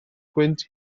gwynt